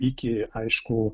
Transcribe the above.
iki aišku